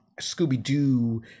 Scooby-Doo